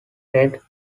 trade